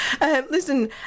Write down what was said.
Listen